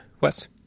Wes